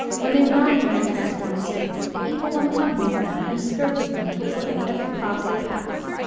when they run in their transformed state, the evil one accompanies them and scourges them at the foot of every cross they pass.